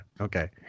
okay